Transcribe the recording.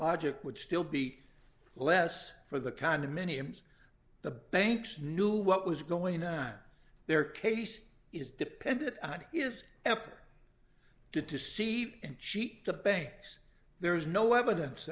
logic would still be less for the condominiums the banks knew what was going on their case is depended on it is effort to to seed and cheat the banks there's no evidence